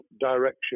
direction